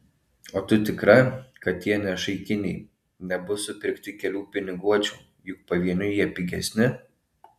o tu tikra kad tie nešaikiniai nebus supirkti kelių piniguočių juk pavieniui jie pigesni